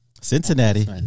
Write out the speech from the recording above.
Cincinnati